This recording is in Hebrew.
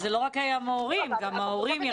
זה לא רק המורים, גם ההורים.